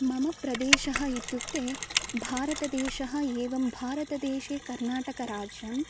मम प्रदेशः इत्युक्ते भारतदेशः एवं भारतदेशे कर्नाटकराज्यम्